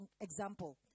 example